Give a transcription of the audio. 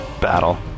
battle